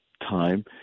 time